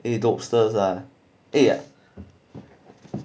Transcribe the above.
adopters or here